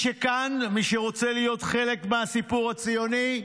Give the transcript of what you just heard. מי שכאן, מי שרוצה להיות חלק מהסיפור הציוני,